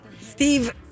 Steve